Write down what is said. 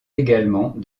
également